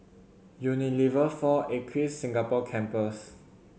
Unilever Four Acres Singapore Campus